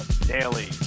daily